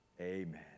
Amen